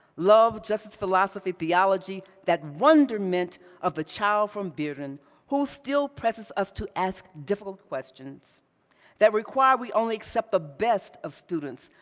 love, just as philosophy, theology, that wonderment of the child from bearden who still presses us to ask difficult questions that require we only accept the best of students,